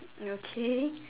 okay